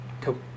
Cool